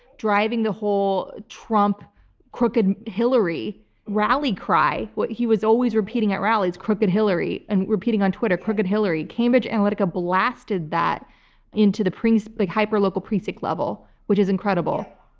driving the whole trump crooked hillary rally cry what he was always repeating at rallies, crooked hillary, and repeating on twitter, crooked hillary. cambridge analytica blasted that into the like hyper-local precinct level, which is incredible.